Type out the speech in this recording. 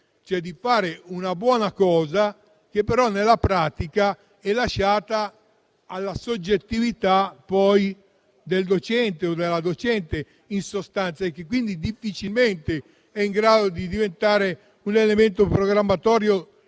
di fare una buona cosa, che però nella pratica è lasciata alla soggettività del o della docente e che quindi difficilmente è in grado di diventare un elemento programmatorio